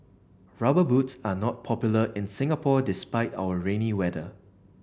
rubber boots are not popular in Singapore despite our rainy weather